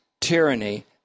tyranny